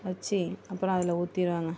வச்சு அப்புறம் அதில் ஊற்றிருவங்க